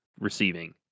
receiving